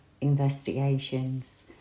Investigations